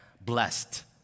blessed